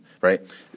right